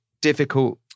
difficult